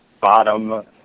bottom